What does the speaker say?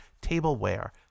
tableware